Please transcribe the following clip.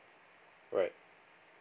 right